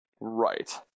Right